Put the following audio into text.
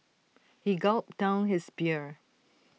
he gulped down his beer